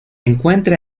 encuentra